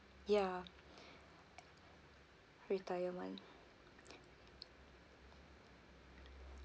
ya retirement